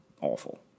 awful